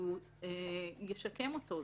הוא ישקם אותו.